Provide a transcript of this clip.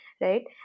right